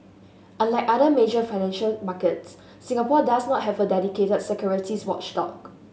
unlike other major financial markets Singapore does not have a dedicated securities watchdog